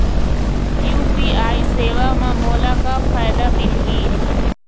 UPI सेवा म मोला का फायदा मिलही?